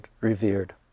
revered